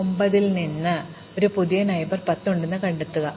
അതിനാൽ 9 ൽ നിന്ന് ഇതിന് ഒരു പുതിയ അയൽക്കാരൻ 10 ഉണ്ടെന്ന് ഞങ്ങൾ കണ്ടെത്തുന്നു